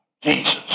Jesus